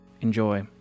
Enjoy